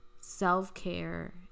self-care